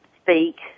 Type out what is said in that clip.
speak